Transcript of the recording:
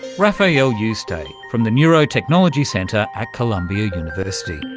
rafael yuste from the neurotechnology centre at columbia university.